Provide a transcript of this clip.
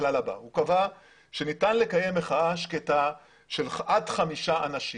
קבע שניתן לקיים מחאה שקטה של עד חמישה אנשים.